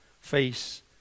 face